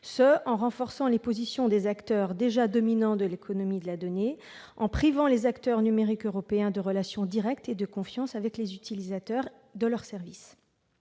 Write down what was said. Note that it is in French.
tout en renforçant les positions des acteurs déjà dominants de l'économie de la donnée et en privant les acteurs numériques européens de relations directes et de confiance avec les utilisateurs de leurs services.